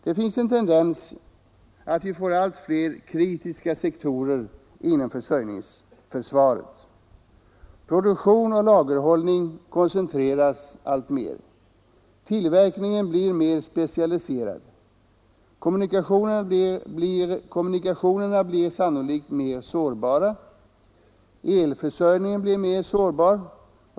Det finns en tendens att vi får allt fler ”kritiska” sektorer inom försörjningsförsvaret. Produktion och lagerhållning koncentreras alltmer. Tillverkningen blir mer specialiserad. Kommunikationerna blir sannolikt mer sårbara. Elförsörjningen blir mer sårbar.